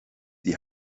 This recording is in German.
die